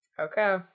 Okay